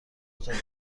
اتاقی